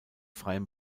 freiem